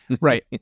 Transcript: Right